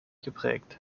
geprägt